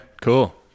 cool